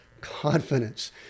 confidence